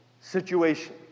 situation